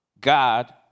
God